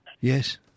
Yes